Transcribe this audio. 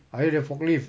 ayah ada forklift